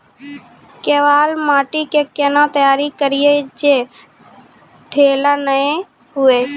केवाल माटी के कैना तैयारी करिए जे ढेला नैय हुए?